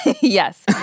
Yes